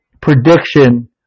prediction